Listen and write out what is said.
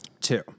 Two